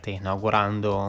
inaugurando